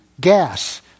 Gas